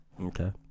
Okay